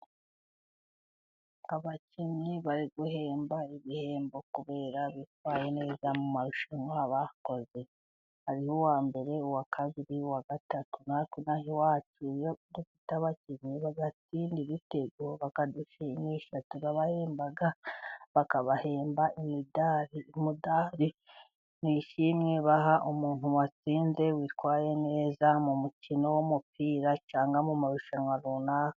Abakinnyi bari guhemba ibihembo kuberako bitwaye neza mu marushanwa bakoze hariho uwa mbere, uwa kabiri, uwa gatatu, natwe ino aha iwacu iyo dufite abakinnyi bagatsinda ibitego bakadushimisha turabahemba bakabahemba imidari. Umudari ni ishimwe baha umuntu watsinze witwaye neza mu mukino w'umupira cyangwa mu marushanwa runaka.